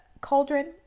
cauldron